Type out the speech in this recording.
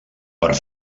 per